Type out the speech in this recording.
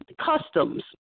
customs